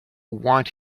want